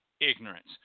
ignorance